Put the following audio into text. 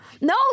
No